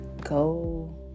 go